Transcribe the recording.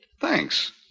Thanks